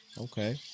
Okay